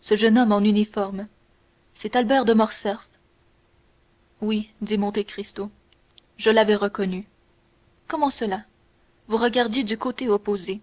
ce jeune homme en uniforme c'est albert de morcerf oui dit monte cristo je l'avais reconnu comment cela vous regardiez du côté opposé